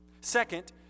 Second